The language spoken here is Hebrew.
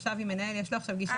אני לא שמעתי.